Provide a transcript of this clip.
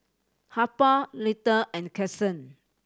Harper Lita and Kason